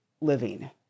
living